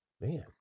Man